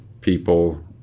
people